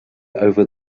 over